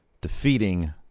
defeating